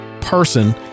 person